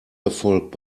erfolg